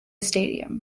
stadium